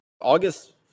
August